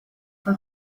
for